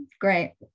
Great